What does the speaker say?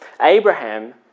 Abraham